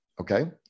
okay